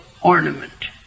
ornament